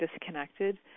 disconnected